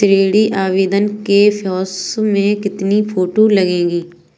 ऋण आवेदन के फॉर्म में कितनी फोटो लगेंगी?